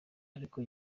ariko